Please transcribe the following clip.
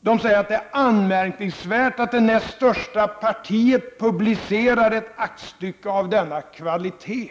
Man finner det anmärkningsvärt att det näst största partiet publicerar ett aktstycke av denna kvalitet.